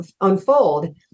unfold